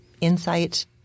insight